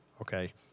Okay